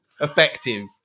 effective